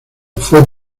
fue